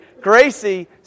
Gracie